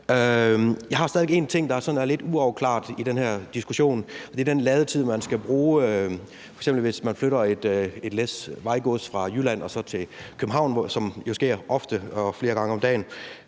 Jeg har stadig en ting, der er lidt uafklaret for mig i den her diskussion, og det er den ladetid, man skal bruge, hvis man f.eks. flytter et læs vejgods fra Jylland til København, hvilket jo sker ofte og flere gange om dage.